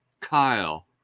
Kyle